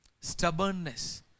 stubbornness